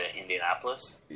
Indianapolis